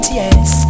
yes